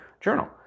journal